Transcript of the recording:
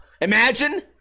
Imagine